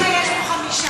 עכשיו יש פה חמישה.